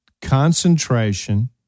concentration